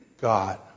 God